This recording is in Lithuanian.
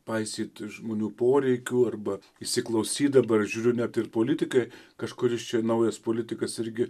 paisyti žmonių poreikių arba įsiklausyt dabar žiūriu net ir politikai kažkuris čia naujas politikas irgi